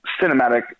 cinematic